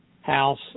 House